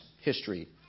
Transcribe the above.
history